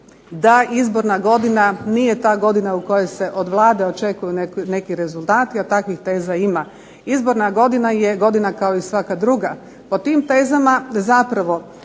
da izborna godina nije ta godina u kojoj se od Vlade očekuju neki rezultati, a takvih teza ima. Izborna godina je godina kao i svaka druga. Po tim tezama zapravo